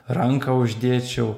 ranką uždėčiau